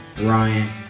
Ryan